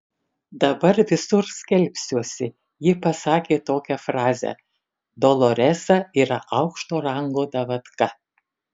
dabar visur skelbsiuosi ji pasakė tokią frazę doloresa yra aukšto rango davatka